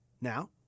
Now